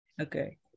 Okay